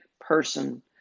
person